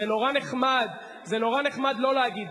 זה נורא נחמד, זה נורא נחמד לא להגיד.